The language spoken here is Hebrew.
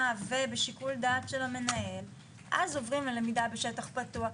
ובשיקול דעת של המנהל אז עוברים ללמידה בשטח פתוח.